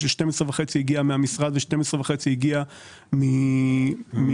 כאשר 12.5 מיליון שקל הגיעו מן המשרד